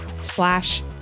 slash